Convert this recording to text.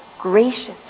gracious